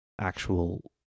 actual